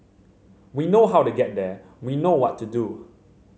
we know how to get there we know what to do